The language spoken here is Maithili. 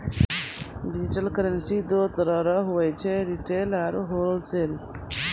डिजिटल करेंसी दो तरह रो हुवै छै रिटेल आरू होलसेल